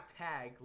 tag